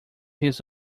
his